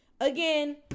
Again